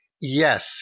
yes